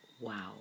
wow